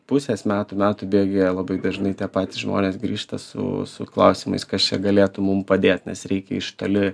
pusės metų metų bėgyje labai dažnai tie patys žmonės grįžta su klausimais kas čia galėtų mum padėt nes reikia iš toli